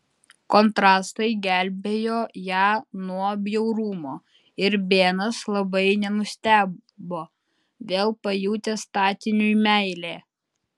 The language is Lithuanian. kontrastai gelbėjo ją nuo bjaurumo ir benas labai nenustebo vėl pajutęs statiniui meilę